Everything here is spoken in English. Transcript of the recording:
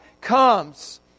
comes